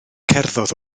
cerddodd